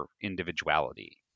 individuality